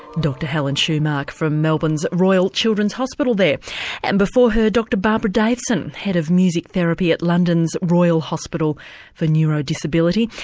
dr helen shoemark from melbourne's royal children's hospital there and before her dr barbara deveson, head of music therapy at london's royal hospital for neurodisability.